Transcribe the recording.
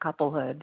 couplehood